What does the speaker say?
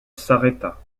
s’arrêta